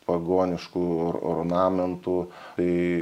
pagoniškų or ornamentų tai